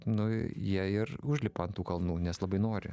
nu jie ir užlipa ant tų kalnų nes labai nori